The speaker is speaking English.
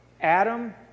Adam